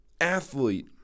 athlete